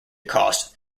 cost